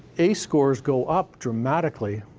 ace scores go up dramatically.